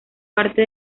parte